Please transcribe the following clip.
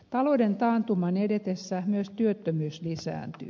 talouden taantuman edetessä myös työttömyys lisääntyy